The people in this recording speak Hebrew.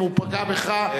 אם הוא פגע בך,